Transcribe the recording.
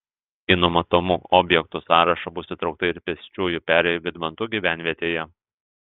į numatomų objektų sąrašą bus įtraukta ir pėsčiųjų perėja vydmantų gyvenvietėje